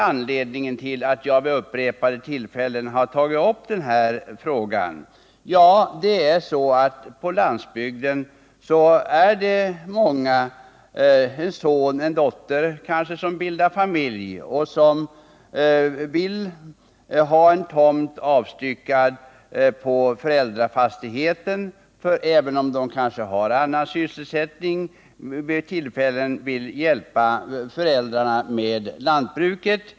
Anledningen till att jag vid upprepade tillfällen tagit upp denna fråga är att det på landsbygden finns många, kanske en son eller dotter till en fastighetsägare, som bildar familj och som vill ha en tomt avstyckad på föräldrafastigheten. Även om de som vill göra en avstyckning har annan sysselsättning kanske de vid tillfälle vill hjälpa föräldrarna med lantbruket.